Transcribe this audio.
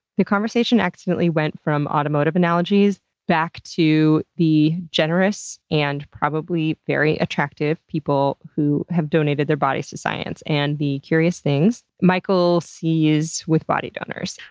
the conversation accidentally went from automotive analogies back to the generous and probably very attractive people who have donated their bodies to science and the curious things michael sees with body donors.